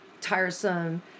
tiresome